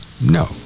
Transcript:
no